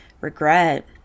regret